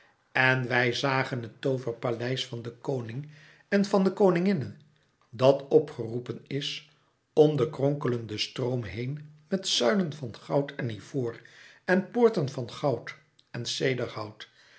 en wij zagen het tooverpaleis van den koning en van de koninginne dat op geroepen is om den kronkelenden stroom heen met zuilen van goud en ivoor en poorten van goud en